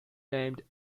named